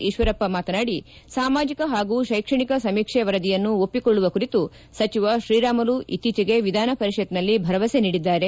ಈಶ್ವರಪ್ಪ ಮಾತನಾಡಿ ಸಾಮಾಜಿಕ ಹಾಗೂ ಕೈಕ್ಷಣಿಕ ಸಮೀಕ್ಷೆ ವರದಿಯನ್ನು ಒಪ್ಪಿಕೊಳ್ಳುವ ಕುರಿತು ಸಚಿವ ಶ್ರೀರಾಮುಲು ಇತ್ತೀಚೆಗೆ ಎಧಾನ ಪರಿಷತ್ನಲ್ಲಿ ಭರವಸೆ ನೀಡಿದ್ದಾರೆ